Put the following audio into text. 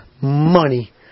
money